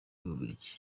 bubiligi